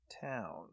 Town